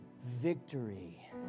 Victory